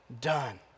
done